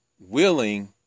willing